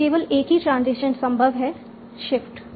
तो केवल एक ही ट्रांजिशन संभव है शिफ्ट